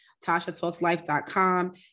tashatalkslife.com